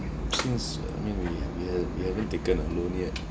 since uh I mean we uh we uh we haven't taken a loan yet